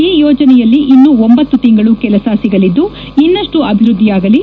ಈ ಯೋಜನೆಯಲ್ಲಿ ಇನ್ನು ಒಂಬತ್ತು ತಿಂಗಳು ಕೆಲಸ ಸಿಗಲಿದ್ದು ಇನ್ನಷ್ಟು ಅಭಿವೃದ್ಧಿಯಾಗಲಿ